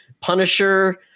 punisher